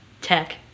tech